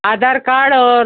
आधार card और